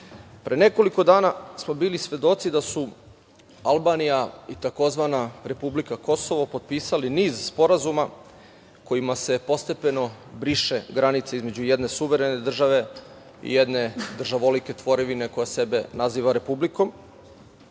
nekoliko dana smo bili svedoci da su Albanija i tzv. republika Kosovo potpisali niz sporazuma kojima se postepeno briše granica između jedne suverene države i jedne državolike tvorevine koja sebe naziva republikom,